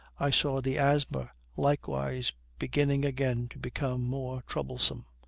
i saw the asthma likewise beginning again to become more troublesome.